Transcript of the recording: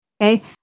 Okay